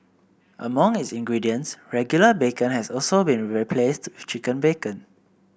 among its ingredients regular bacon has also been replaced with chicken bacon